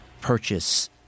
purchase